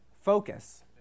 focus